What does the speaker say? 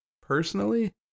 personally